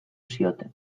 zioten